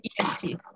EST